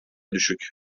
düşük